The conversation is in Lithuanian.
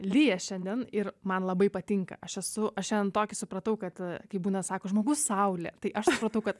lyja šiandien ir man labai patinka aš esu aš šiandien tokį supratau kad kai būna sako žmogus saulė tai aš supratau kad